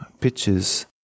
pictures